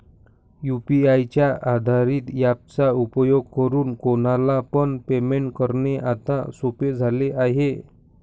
UPI च्या आधारित app चा उपयोग करून कोणाला पण पेमेंट करणे आता सोपे झाले आहे